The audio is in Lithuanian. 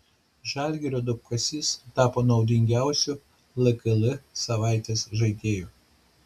žalgirio duobkasys tapo naudingiausiu lkl savaitės žaidėju